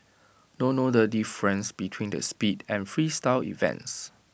don't know the difference between the speed and Freestyle events